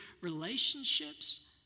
relationships